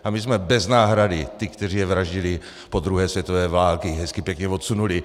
A my jsme bez náhrady ty, kteří je vraždili, po druhé světové válce hezky pěkně odsunuli.